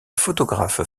photographe